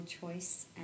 choice